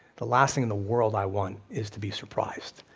the last thing in the world i want is to be surprised.